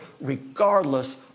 regardless